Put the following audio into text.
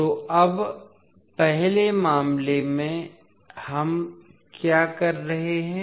तो अब पहले मामले में हम क्या कर रहे हैं